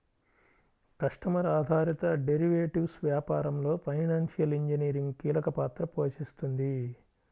customer ఆధారిత derivatives వ్యాపారంలో financial engineering కీలక పాత్ర పోషిస్తుంది